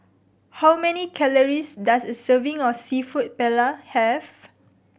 how many calories does a serving of Seafood Paella have